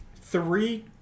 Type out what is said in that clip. three